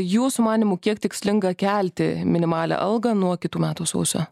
jūsų manymu kiek tikslinga kelti minimalią algą nuo kitų metų sausio